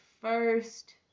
first